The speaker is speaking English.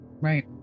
Right